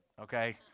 okay